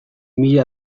mila